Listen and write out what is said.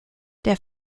der